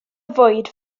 fwyd